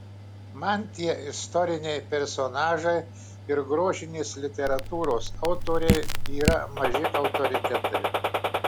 man tie istoriniai personažai ir grožinės literatūros autoriai yra maži autoritetai